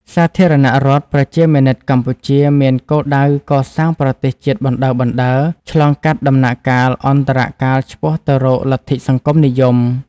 សាធារណរដ្ឋប្រជាមានិតកម្ពុជា មានគោលដៅកសាងប្រទេសជាតិជាបណ្តើរៗ ឆ្លងកាត់ដំណាក់កាលអន្តរកាលឆ្ពោះទៅរកលទ្ធិសង្គមនិយម។